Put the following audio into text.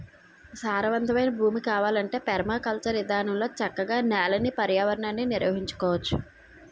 సారవంతమైన భూమి కావాలంటే పెర్మాకల్చర్ ఇదానంలో చక్కగా నేలని, పర్యావరణాన్ని నిర్వహించుకోవచ్చు